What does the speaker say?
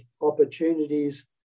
opportunities